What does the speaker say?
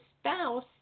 spouse